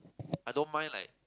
I don't mind like